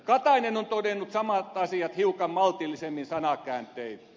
katainen on todennut samat asiat hiukan maltillisemmin sanakääntein